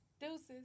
Deuces